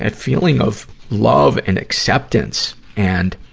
and feeling of love and acceptance and,